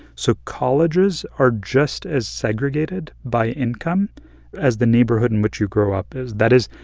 so colleges are just as segregated by income as the neighborhood in which you grow up is. that is,